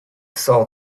saw